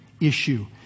issue